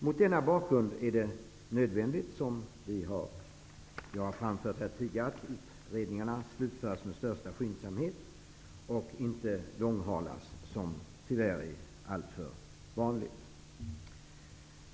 Mot denna bakgrund är det nödvändigt, vilket jag har framfört här tidigare, att utredningarna slutförs med största skyndsamhet och inte långhalas, vilket tyvärr är alltför vanligt.